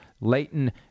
Leighton